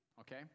Okay